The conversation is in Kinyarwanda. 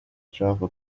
trump